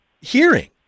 hearing